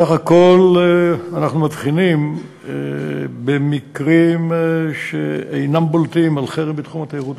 בסך הכול אנחנו מבחינים במקרים שאינם בולטים של חרם בתחום התיירות,